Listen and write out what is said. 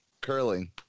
curling